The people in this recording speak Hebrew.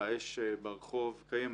והאש ברחוב קיימת.